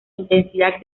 intensidad